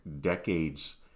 decades